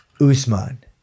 Usman